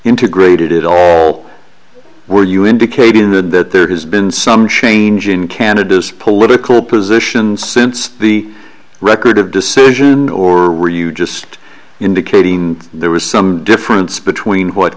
integrated it all were you indicated that there has been some change in canada's political position since the record of or were you just indicating there was some difference between what